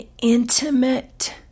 intimate